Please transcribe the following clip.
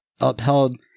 upheld